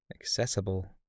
accessible